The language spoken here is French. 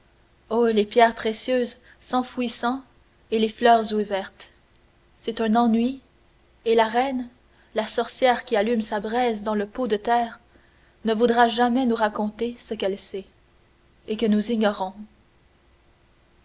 oh les pierres précieuses s'enfouissant et les fleurs ouvertes c'est un ennui et la reine la sorcière qui allume sa braise dans le pot de terre ne voudra jamais nous raconter ce qu'elle sait et que nous ignorons